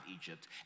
Egypt